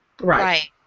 Right